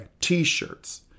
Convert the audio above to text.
T-shirts